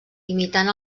imitant